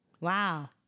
Wow